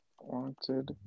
wanted